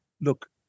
look